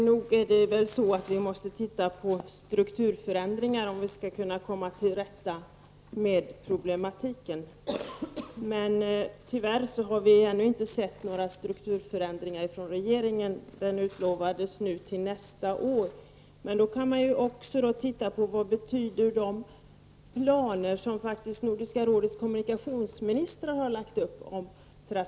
Herr talman! Det är nog så att vi måste titta på strukturförändringarna, om vi skall komma till rätta med problematiken. Men tyvärr har vi ännu inte sett några förslag till strukturförändringar från regeringen. Det utlovades nu till nästa år. Man kan då titta på vad de planer för trafiken som Nordens kommunikationsministrar lagt fram innebär.